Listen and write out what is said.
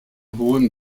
hohem